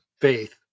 faith